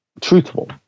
truthful